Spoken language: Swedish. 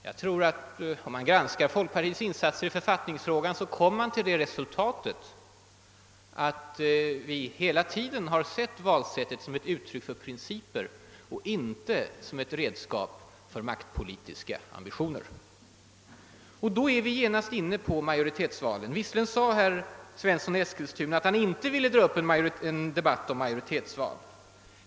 Jag tror att man, om man granskar folkpartiets insatser i författningsfrågan, kommer till resultatet att vi hela tiden har betraktat valsättet som ett uttryck för principer och inte som ett redskap för maktpolitiska ambitioner. Då är vi genast inne på majoritetsval. Visserligen sade herr Svensson i Eskilstuna att han inte ville dra upp en debatt om majoritetsval.